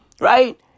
Right